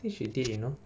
think she did you know